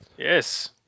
Yes